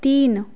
तीन